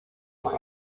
por